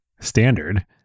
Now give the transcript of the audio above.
Standard